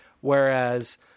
Whereas